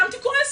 קמתי כועסת.